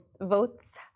votes